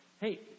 hey